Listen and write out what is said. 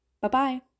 Bye-bye